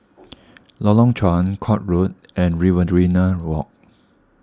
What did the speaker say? Lorong Chuan Court Road and Riverina Walk